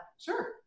Sure